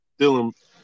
Dylan